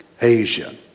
Asia